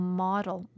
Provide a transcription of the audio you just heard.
model